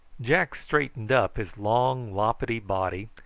jack straightened up his long loppetty body,